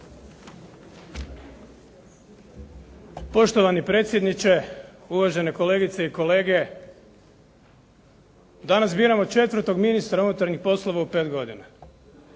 Poštovani predsjedniče, uvažene kolegice i kolege. Danas biramo 4. ministra unutarnjih poslova u 5 godina.